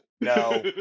no